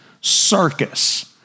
circus